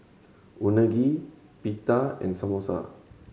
Unagi Pita and Samosa